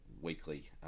weekly